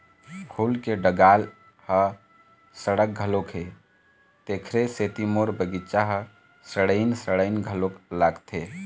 फूल के डंगाल ह सड़त घलोक हे, तेखरे सेती मोर बगिचा ह सड़इन सड़इन घलोक लागथे